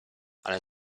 ale